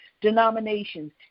denominations